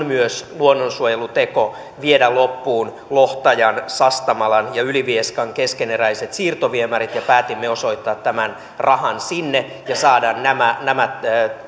myös luonnonsuojeluteko viedä loppuun lohtajan sastamalan ja ylivieskan keskeneräiset siirtoviemärit ja päätimme osoittaa tämän rahan sinne ja saada nämä nämä